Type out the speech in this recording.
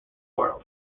world